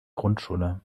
grundschule